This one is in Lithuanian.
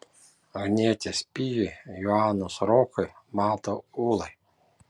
agnietės pijui joanos rokui mato ūlai